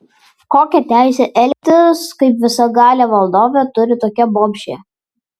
kokią teisę elgtis kaip visagalė valdovė turi tokia bobšė